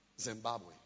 Zimbabwe